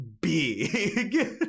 big